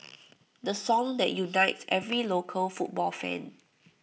the song that unites every local football fan